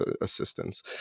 assistance